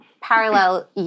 parallel